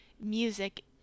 music